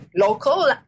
local